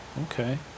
Okay